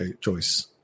choice